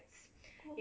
for